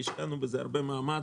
השקענו בזה הרבה מאמץ,